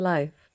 Life